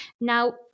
Now